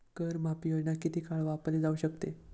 कर माफी योजना किती काळ वापरली जाऊ शकते?